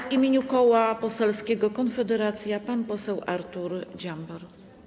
W imieniu Koła Poselskiego Konfederacja pan poseł Artur Dziambor.